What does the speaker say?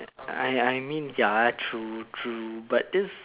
I I mean ya true true but this